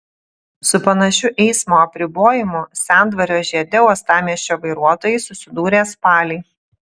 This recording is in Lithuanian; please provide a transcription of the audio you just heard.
su panašiu eismo apribojimu sendvario žiede uostamiesčio vairuotojai susidūrė spalį